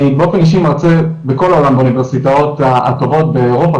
אני באופן אישי מרצה בכל העולם באוניברסיטאות הטובות באירופה,